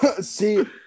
See